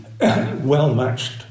well-matched